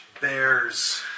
bears